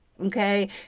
okay